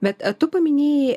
bet tu paminėjai